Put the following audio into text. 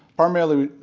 primarily,